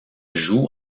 joue